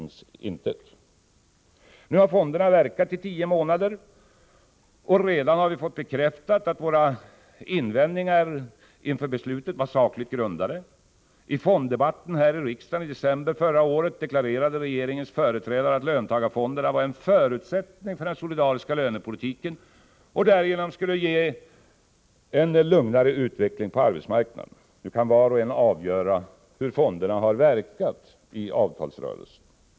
Nu har fonderna verkat i tio månader, och redan har vi fått bekräftat att våra invändningar inför beslutet var sakligt grundade. I fonddebatten här i riksdagen i december förra året deklarerade regeringens företrädare att löntagarfonderna var en förutsättning för den solidariska lönepolitiken och därigenom skulle ge en lugnare utveckling på arbetsmarknaden. Nu kan var och en avgöra hur fonderna har verkat i avtalsrörelsen.